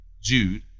Jude